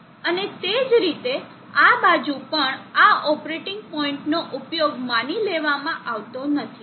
અને તે જ રીતે આ બાજુ પણ આ ઓપરેટિંગ પોઇન્ટ્સનો ઉપયોગ માની લેવામાં આવતો નથી